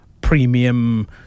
premium